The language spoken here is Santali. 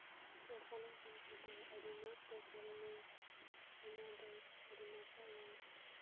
ᱥᱟᱱᱟᱢ ᱠᱷᱚᱱ ᱫᱚ ᱟᱹᱰᱤ ᱢᱚᱡᱽᱛᱮ ᱠᱷᱮᱞᱢᱮ ᱚᱱᱟ ᱫᱚ ᱟᱹᱰᱤ ᱱᱟᱯᱟᱭᱟ